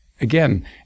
again